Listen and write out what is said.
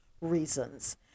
reasons